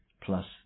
plus